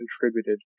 contributed